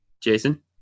Jason